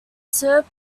sir